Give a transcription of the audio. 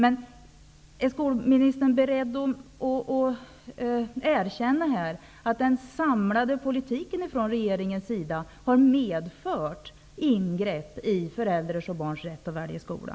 Är skolministern beredd att erkänna att den samlade politiken från regeringens sida har medfört ingrepp i föräldrars och barns rätt att välja skola?